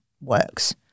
works